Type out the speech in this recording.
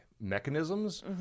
mechanisms